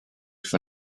for